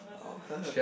oh